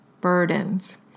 burdens